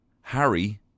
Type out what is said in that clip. Harry